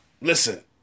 listen